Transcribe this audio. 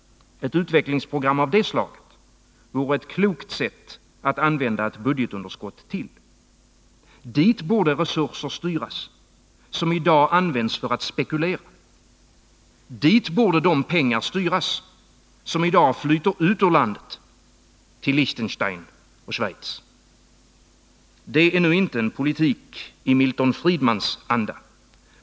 Ett utvecklingsprogram av det slaget vore ett klokt sätt att använda ett budgetunderskott till. Dit borde resurser styras som i dag används för spekulation. Dit borde de pengar styras som i dag flyter ut ur landet till Liechtenstein och Schweiz. Det är inte en politik i Milton Friedmans anda.